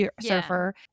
surfer